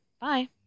Bye